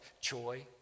joy